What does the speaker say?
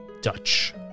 Dutch